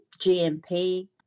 GMP